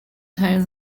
teil